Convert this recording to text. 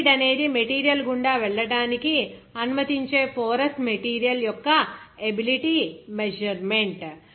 fluid అనేది material గుండా వెళ్ళడానికి అనుమతించే పోరస్ మెటీరియల్ యొక్క ఎబిలిటీ మెజర్మెంట్